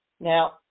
Now